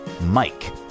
Mike